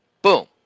Boom